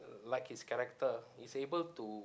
like his character he's able to